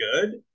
good